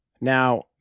Now